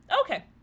Okay